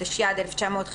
התשי"ד 1954